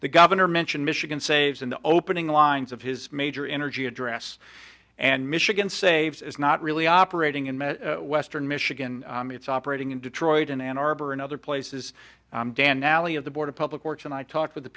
the governor mentioned michigan saves in the opening lines of his major energy address and michigan saved is not really operating in met western michigan it's operating in detroit in ann arbor and other places dan nally of the board of public works and i talked with the